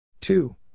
Two